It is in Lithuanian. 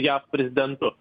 jav prezidentu